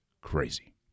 crazy